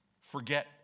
forget